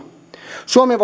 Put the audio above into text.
suomi